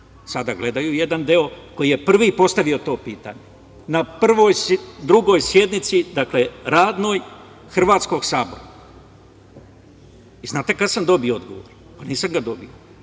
sada gledaju, jedan deo, koji je prvi postavio to pitanje na Drugoj sednici radnoj Hrvatskog sabora. Znate li kada sam dobio odgovor? Pa nisam ga dobio,